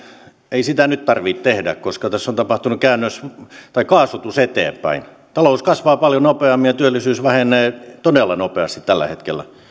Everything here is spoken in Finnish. ei sitä nyt tarvitse tehdä koska tässä on tapahtunut kaasutus eteenpäin talous kasvaa paljon nopeammin ja työllisyys kasvaa todella nopeasti tällä hetkellä